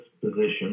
position